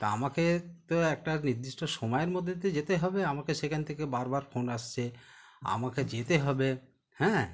তা আমাকে তো একটা নির্দিষ্ট সময়ের মধ্যে তো যেতে হবে আমাকে সেখান থেকে বারবার ফোন আসছে আমাকে যেতে হবে হ্যাঁ